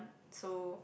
so